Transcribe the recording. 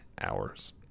hours